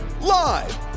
Live